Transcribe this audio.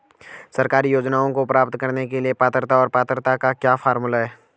सरकारी योजनाओं को प्राप्त करने के लिए पात्रता और पात्रता का क्या फार्मूला है?